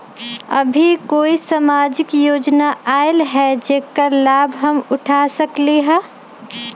अभी कोई सामाजिक योजना आयल है जेकर लाभ हम उठा सकली ह?